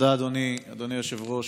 תודה, אדוני היושב-ראש.